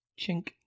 Chink